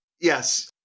Yes